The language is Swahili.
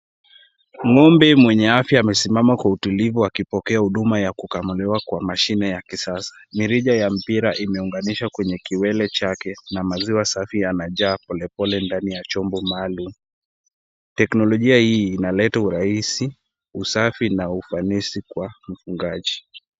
Ngombe mwenye afya amesimama kwa utulivu akipokea huduma ya kukamuliwa kwa mashine ya kisasa. Mirija ya mpira imeunganishwa kwenye kiwele chake na maziwa safi yanajaa polepole ndani ya chombo maalum. Teknolojia hii inaleta urahisi, usafi na ufanisi kwa mfugaji.